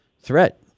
threat